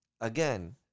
Again